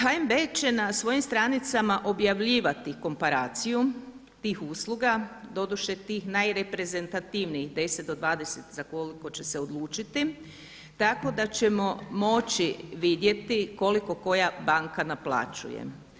HNB će na svojim stranicama objavljivati komparaciju tih usluga, doduše tih najreprezentativnijih 10 do 20 za koliko će se odlučiti, tako da ćemo moći vidjeti koliko koja banka naplaćuje.